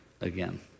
again